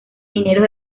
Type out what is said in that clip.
mineros